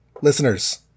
listeners